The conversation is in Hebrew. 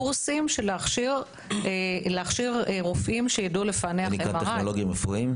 קורסים להכשיר רופאים שידעו לפענח MRI. זה נקרא טכנולוגים רפואיים?